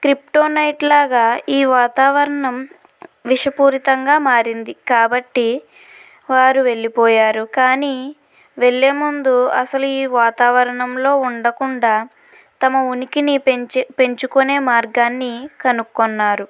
ట్రిప్టోనైట్ లాగా ఈ వాతావరణం విషపూరితంగా మారింది కాబట్టి వారు వెళ్ళిపోయారు కానీ వెళ్ళే ముందు అసలు ఈ వాతావరణంలో ఉండకుండా తమ ఉనికిని పెంచి పెంచుకునే మార్గాన్ని కనుక్కొన్నారు